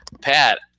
Pat